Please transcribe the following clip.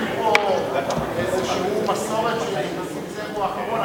יש פה איזו מסורת שחבר הכנסת נסים זאב הוא האחרון,